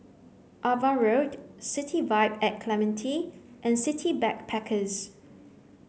Ava Road City Vibe at Clementi and City Backpackers